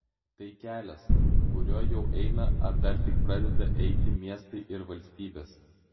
tai kelias kuriuo jau eina ar dar tik pradeda eiti miestai ir valstybės